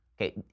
Okay